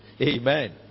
Amen